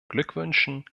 glückwünschen